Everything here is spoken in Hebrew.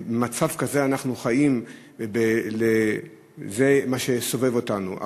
במצב כזה אנחנו חיים וזה מה שסובב אותנו.